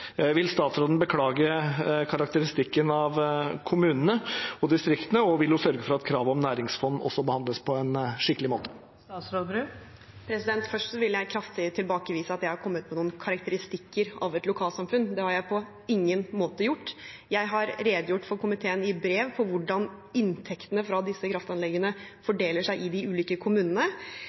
Vil statsråden beklage karakteristikken av kommunene og distriktene, og vil hun sørge for at kravet om næringsfond også behandles på en skikkelig måte? Først vil jeg kraftig tilbakevise at jeg har kommet med noen karakteristikker av et lokalsamfunn. Det har jeg på ingen måte gjort. Jeg har redegjort for komiteen i brev for hvordan inntektene fra disse kraftanleggene fordeler seg i de ulike kommunene.